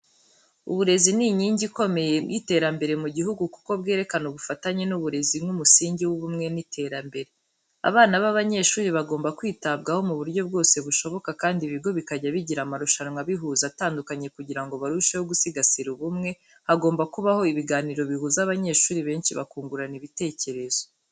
Uburezi ni inkingi ikomeye y'iterambere mu gihugu kuko bwerekana ubufatanye n’uburezi nk’umusingi w’ubumwe n’iterambere. Abana b'abanyeshuri bagomba kwitabwaho mu buryo bwose bushoboka kandi ibigo bikajya bigira amarushanwa abihuza atandukanye kugira ngo barusheho gusigasira ubumwe, hagomba kubaho ibiganiro bihuza abanyeshuri benshi bakungurana ibitekerezo.